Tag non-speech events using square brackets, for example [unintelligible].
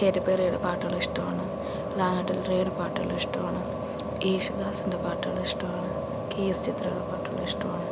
[unintelligible] പാട്ടുകൾ ഇഷ്ടമാണ് [unintelligible] പാട്ടുകൾ ഇഷ്ടമാണ് യേശുദാസിന്റെ പാട്ടുകൾ ഇഷ്ടമാണ് കെ എസ് ചിത്രയുടെ പാട്ടുകൾ ഇഷ്ടമാണ്